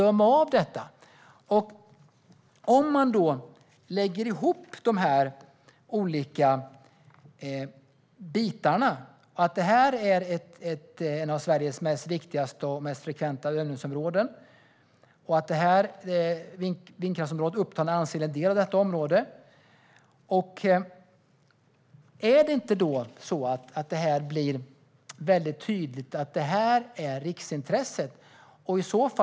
Blir det inte tydligt när man lägger ihop de olika bitarna - att detta är ett av Sveriges viktigaste och mest frekvent använda övningsområden och att vindkraftsområdet upptar en ansenlig del av detta område - att det här är riksintresset?